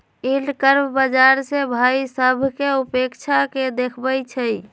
yield curve बाजार से भाइ सभकें अपेक्षा के देखबइ छइ